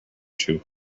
two